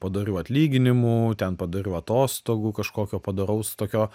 padorių atlyginimų ten padorių atostogų kažkokio padoraus tokio